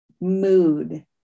mood